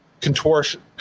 contortion